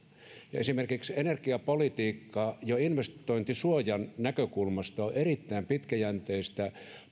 esimerkiksi energiapolitiikka jo investointisuojan näkökulmasta on erittäin pitkäjänteistä